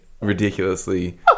ridiculously